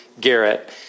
Garrett